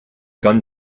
gun